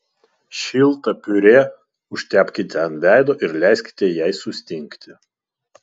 šiltą piurė užtepkite ant veido ir leiskite jai sustingti